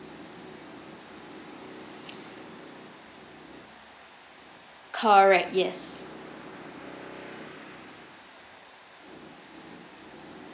correct yes